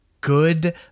good